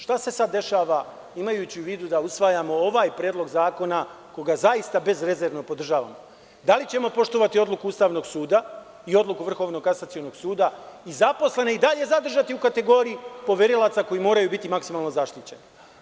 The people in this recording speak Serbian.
Šta se sada dešava, imajući u vidu da usvajamo ovaj predlog zakona, koga zaista bezrezervno podržavamo, da li ćemo poštovati odluku Ustavnog suda i odluku Vrhovnog kasacionog suda i zaposlene i dalje zadržati u kategoriji poverilaca koji moraju biti maksimalno zaštićeni?